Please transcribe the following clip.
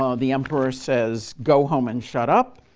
ah the emperor says, go home and shut up.